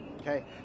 Okay